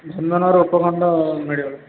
ଭଞ୍ଜନଗର ଉପଖଣ୍ଡ ମେଡ଼ିକାଲ